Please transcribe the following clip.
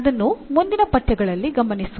ಅದನ್ನು ಮುಂದಿನ ಪಠ್ಯಗಳಲ್ಲಿ ಗಮನಿಸುವ